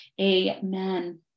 amen